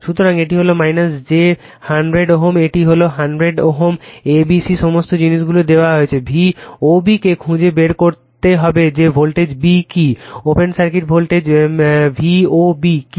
সুতরাং এটি হল j 100 Ω এটি একটি 100 Ω এবং A B C এই সমস্ত জিনিসগুলি দেওয়া রয়েছে VOB কে খুঁজে বের করতে হবে যে ভোল্টেজ b কি ওপেন সার্কিট ভোল্টেজ VOB কি